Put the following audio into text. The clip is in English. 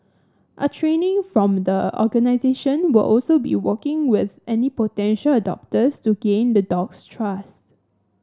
a training from the organisation will also be working with any potential adopters to gain the dog's trust